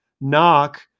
knock